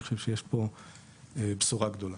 אני חושב שיש פה בשורה גדולה.